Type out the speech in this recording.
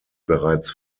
bereits